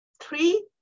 Three